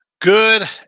Good